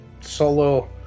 Solo